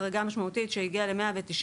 חריגה שהגיעה ל-109